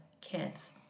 kids